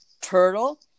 turtle